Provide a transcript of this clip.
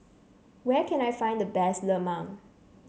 where can I find the best Lemang